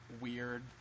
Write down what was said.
weird